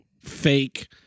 fake